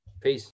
Peace